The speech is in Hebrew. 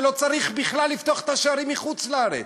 ולא צריך בכלל לפתוח את השערים לחוץ-לארץ.